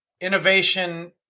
Innovation